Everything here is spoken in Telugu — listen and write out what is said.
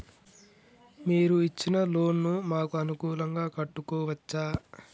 మీరు ఇచ్చిన లోన్ ను మాకు అనుకూలంగా కట్టుకోవచ్చా?